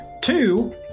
Two